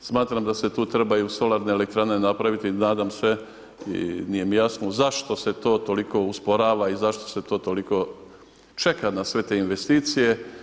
Smatram da se tu trebaju solarne elektrane napraviti i nadam se i nije mi jasno zašto se to toliko usporava i zašto se to toliko čeka na sve te investicije.